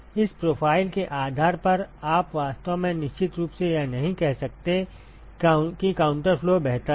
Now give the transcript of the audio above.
इस प्रोफ़ाइल के आधार पर आप वास्तव में निश्चित रूप से यह नहीं कह सकते कि काउंटर फ्लो बेहतर है